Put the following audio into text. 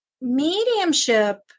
mediumship